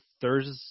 Thursday